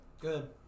good